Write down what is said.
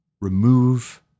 remove